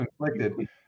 inflicted